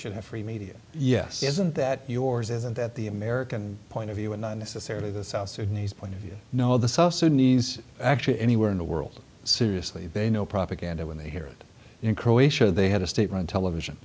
should have free media yes isn't that yours isn't that the american point of view and not necessarily the south sudanese point of you know the south sudanese actually anywhere in the world seriously they know propaganda when they hear it in croatia they had a state run television